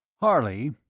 harley,